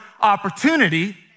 opportunity